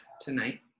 tonight